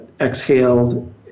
exhaled